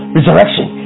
resurrection